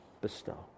bestow